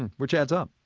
which adds ups.